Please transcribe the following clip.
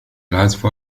العزف